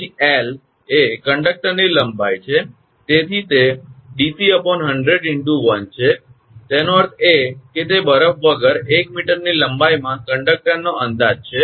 પછી 𝑙 એ કંડક્ટરની લંબાઈ છે તેથી તે 𝑑𝑐100 × 1 છે તેનો અર્થ એ કે તે બરફ વગર 1 મીટરની લંબાઈના કંડકટરનો અંદાજ છે